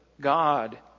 God